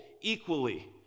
equally